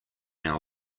our